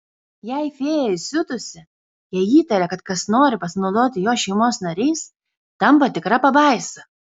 jei fėja įsiutusi jei įtaria kad kas nori pasinaudoti jos šeimos nariais tampa tikra pabaisa